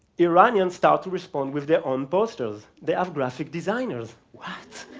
iranians started to respond with their own posters. they have graphic designers. what?